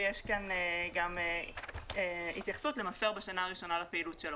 ויש כאן גם התייחסות למפר בשנה הראשונה לפעילות שלו.